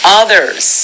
others